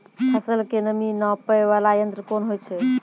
फसल के नमी नापैय वाला यंत्र कोन होय छै